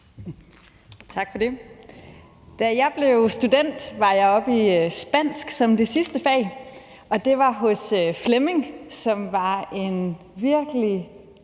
Tak for det. Da jeg blev student, var jeg oppe i spansk som det sidste fag, og det var hos Flemming, som var en virkelig